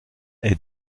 est